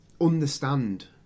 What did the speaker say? understand